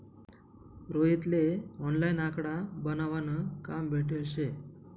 रोहित ले ऑनलाईन आकडा बनावा न काम भेटेल शे